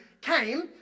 came